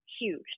huge